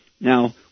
Now